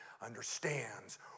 understands